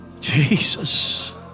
Jesus